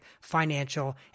financial